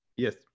Yes